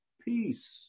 peace